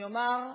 אני אומרת,